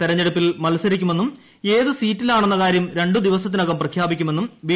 തെരഞ്ഞെടുപ്പിൽ മത്സരിക്കുമെന്നും ഏത് സീറ്റിലെന്ന കാര്യം രണ്ടു ദിവസത്തിനകം പ്രഖ്യാപിക്കുമെന്നും ബി